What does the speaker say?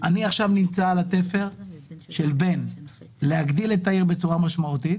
אני נמצא עכשיו על התפר בין להגדיל את העיר בצורה משמעותית,